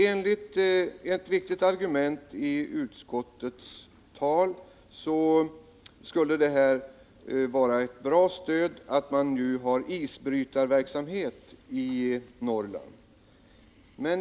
Enligt ett viktigt argument i utskottets betänkande skulle det vara ett bra stöd att man nu har isbrytarverksamhet när det gäller Norrland.